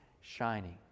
shining